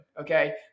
Okay